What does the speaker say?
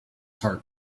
heart